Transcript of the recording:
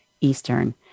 Eastern